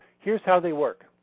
here's how they work.